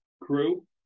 crew